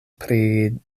pri